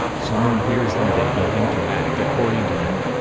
someone hears them they begin to act according to them.